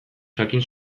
jakin